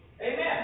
Amen